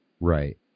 right